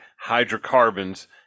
hydrocarbons